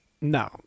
No